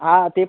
हां तेच